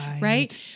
right